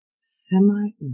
semi